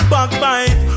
Backbite